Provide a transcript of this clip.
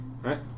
right